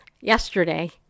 yesterday